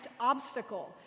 obstacle